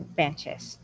benches